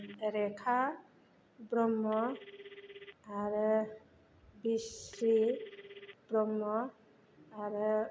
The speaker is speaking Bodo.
रेखा ब्रह्म आरो बिस्रि ब्रह्म आरो